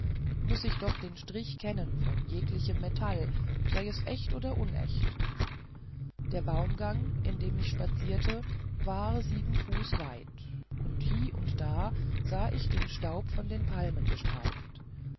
muß ich doch den strich kennen von jeglichem metall sei es echt oder unecht der baumgang in dem ich spazierte war sieben fuß weit und hie und da sah ich den staub von den palmen gestreift